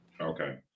Okay